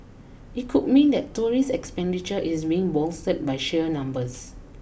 it could mean that tourist expenditure is being bolstered by sheer numbers